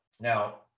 Now